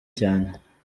cyane